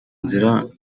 nzira